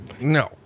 no